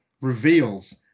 reveals